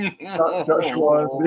Joshua